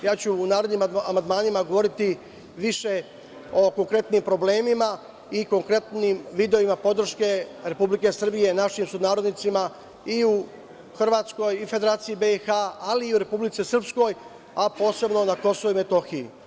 U narednim amandmanima ću govoriti više o konkretnim problemima i konkretnim vidovima podrške Republike Srbije našim sunarodnicima i u Hrvatskoj i u Federaciji BiH, ali i u Republici Srpskoj, a posebno na KiM.